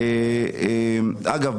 אגב,